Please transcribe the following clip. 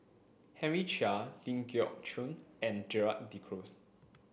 Henry Chia Ling Geok Choon and Gerald De Cruz